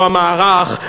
לא המערך,